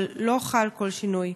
אבל לא חל כל שינוי.